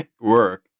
work